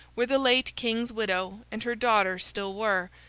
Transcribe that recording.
where the late king's widow and her daughter still were,